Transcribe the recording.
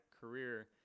career